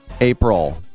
April